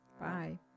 bye